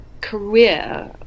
career